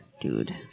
dude